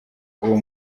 uwo